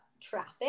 traffic